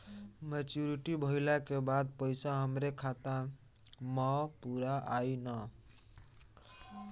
Maturity भईला के बाद पईसा हमरे खाता म पूरा आई न?